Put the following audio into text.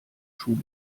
schule